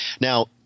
Now